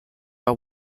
are